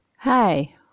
hi